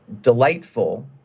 delightful